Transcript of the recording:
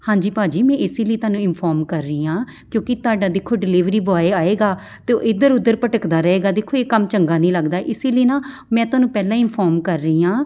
ਹਾਂਜੀ ਭਾਅ ਜੀ ਮੈਂ ਇਸ ਲਈ ਤੁਹਾਨੂੰ ਇਨਫੋਰਮ ਕਰ ਰਹੀ ਹਾਂ ਕਿਉਂਕਿ ਤੁਹਾਡਾ ਦੇਖੋ ਡਿਲੀਵਰੀ ਬੋਆਏ ਆਏਗਾ ਅਤੇ ਇੱਧਰ ਉੱਧਰ ਭਟਕਦਾ ਰਹੇਗਾ ਦੇਖੋ ਇਹ ਕੰਮ ਚੰਗਾ ਨਹੀਂ ਲੱਗਦਾ ਇਸ ਲਈ ਨਾ ਮੈਂ ਤੁਹਾਨੂੰ ਪਹਿਲਾਂ ਹੀ ਇਨਫੋਰਮ ਰਹੀ ਹਾਂ